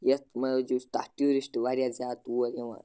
یَتھ موجوٗب تَتھ ٹیٛوٗرِسٹہٕ واریاہ زیادٕ تور یِوان